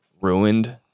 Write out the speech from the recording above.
ruined